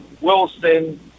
Wilson